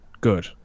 good